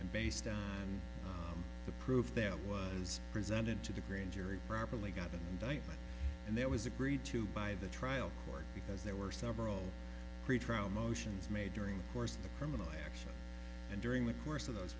and based on the proof there was presented to degree jury properly got an indictment and there was agreed to by the trial court because there were several pretrial motions made during the course of the criminal action and during the course of those